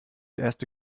erste